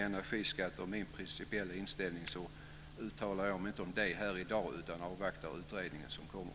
Energiskatterna och min principiella inställning om dem uttalar jag mig inte om i dag. Jag avvaktar den utredning som kommer.